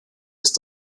ist